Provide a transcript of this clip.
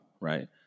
right